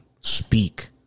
speak